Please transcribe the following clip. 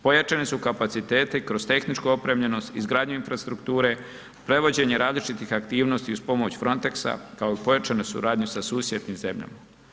Pojačani su kapaciteti kroz tehničku opremljenost, izgradnju infrastrukture, prevođenje različitih aktivnosti uz pomoć fronteksa kao i pojačanu suradnju sa susjednim zemljama.